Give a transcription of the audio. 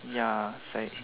ya is like